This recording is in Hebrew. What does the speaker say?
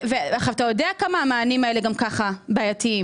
אתה יודע עד כמה המענים האלה בעייתיים גם כך.